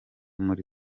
muri